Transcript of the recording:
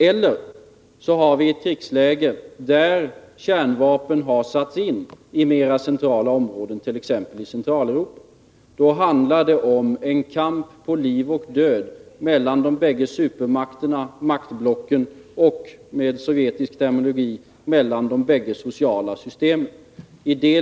Eller också har vi ett krigsläge där kärnvapen har satts in i mera centrala områden, t.ex. i Centraleuropa. Då handlar det om en kamp på liv och död mellan de bägge supermakterna, mellan maktblocken, och enligt sovjetisk terminologi mellan de bägge sociala systemen.